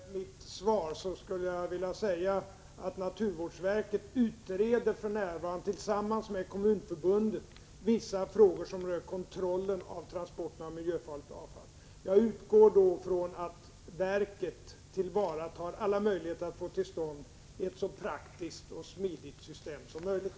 Herr talman! Som komplettering till mitt svar skulle jag vilja säga att naturvårdsverket för närvarande, tillsammans med Kommunförbundet, utreder vissa frågor som rör kontrollen av transporterna av miljöfarligt avfall. Jag utgår ifrån att verket tillvaratar alla möjligheter att få till stånd ett så praktiskt och smidigt system som möjligt.